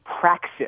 praxis